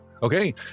Okay